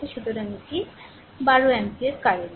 সুতরাং এটি 12 ampere current